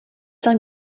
time